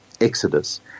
exodus